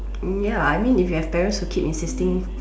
ya I mean if you have parents who keep insisting